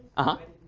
i